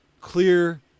clear